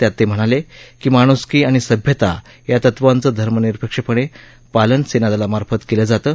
त्यात ते म्हणाले की माण्सकी आणि सभ्यता या तत्वांचं धर्मनिरपेक्षपणे पालन सेनादलांमार्फत केलं जातं